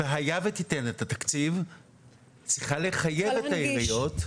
היה ותיתן את התקציב צריכה לחייב את העיריות.